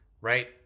right